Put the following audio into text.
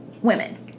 women